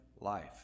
life